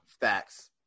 Facts